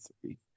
three